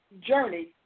journey